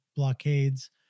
blockades